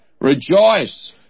Rejoice